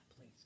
please